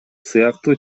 сыяктуу